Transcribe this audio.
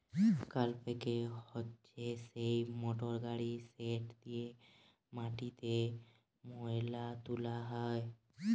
কাল্টিপ্যাকের হছে সেই মটরগড়ি যেট দিঁয়ে মাটিতে ময়লা তুলা হ্যয়